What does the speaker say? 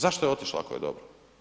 Zašto je otišla ako je dobra?